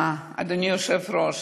ואדוני היושב-ראש,